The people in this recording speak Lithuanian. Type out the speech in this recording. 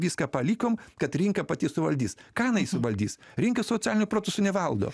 viską palikom kad rinka pati suvaldys ką jinai suvaldys rinka socialinių procesų nevaldo